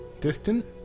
distant